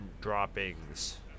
droppings